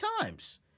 times